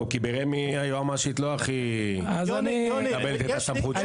כי ברמ"י היועמ"שית לא הכי מקבלת את הסמכות שלנו.